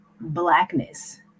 blackness